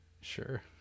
Sure